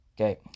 Okay